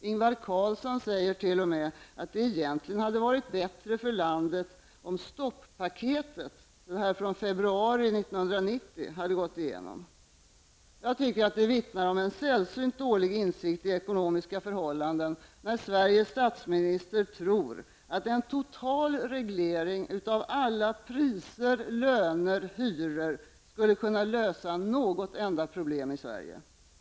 Ingvar Carlsson säger t.o.m. att egentligen hade det varit bättre för ekonomin om stopp-paketet från februari 1990 hade gått igenom. Det vittnar, tycker jag, om en sällsynt dålig insikt i ekonomiska förhållanden när Sveriges statsminister tror att en total reglering av alla priser, löner och hyror skulle kunna lösa något enda problem i Sverige.